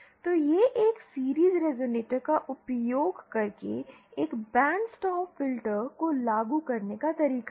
तो यह एक सीरिज़ रेज़ोनेटर का उपयोग करके एक बैंड स्टॉप फ़िल्टर को लागू करने का तरीका है